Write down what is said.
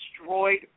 destroyed